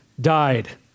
died